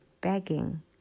begging